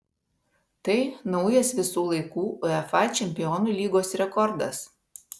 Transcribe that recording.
tai naujas visų laikų uefa čempionų lygos rekordas